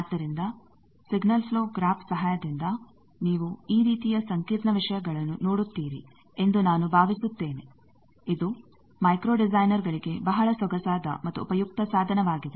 ಆದ್ದರಿಂದ signal flow graph ಸಹಾಯದಿಂದ ನೀವು ಈ ರೀತಿಯ ಸಂಕೀರ್ಣ ವಿಷಯಗಳನ್ನು ನೋಡುತ್ತೀರಿ ಎಂದು ನಾನು ಭಾವಿಸುತ್ತೇನೆ ಇದು ಮೈಕ್ರೋ ಡಿಸೈನರ್ ಗಳಿಗೆ ಬಹಳ ಸೊಗಸಾದ ಮತ್ತು ಉಪಯುಕ್ತ ಸಾಧನವಾಗಿದೆ